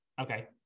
Okay